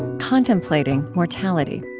contemplating mortality.